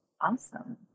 Awesome